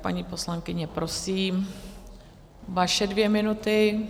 Paní poslankyně, prosím, vaše dvě minuty.